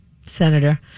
senator